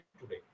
today